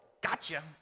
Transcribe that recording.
gotcha